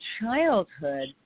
childhood